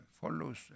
follows